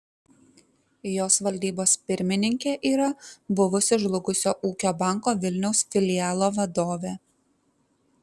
jos valdybos pirmininkė yra buvusi žlugusio ūkio banko vilniaus filialo vadovė